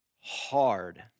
hard